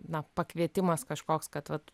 na pakvietimas kažkoks kad vat